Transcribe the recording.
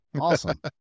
Awesome